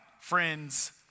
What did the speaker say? friends